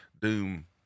Doom